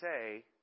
say